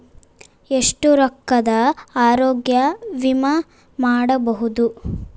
ಎಷ್ಟ ರೊಕ್ಕದ ಆರೋಗ್ಯ ವಿಮಾ ಮಾಡಬಹುದು?